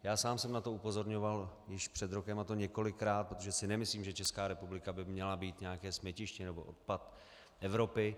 Já sám jsem na to upozorňoval už před rokem, a to několikrát, protože si nemyslím, že Česká republika by měla být nějaké smetiště nebo odpad Evropy.